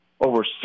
over